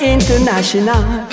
International